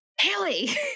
Haley